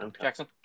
Jackson